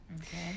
okay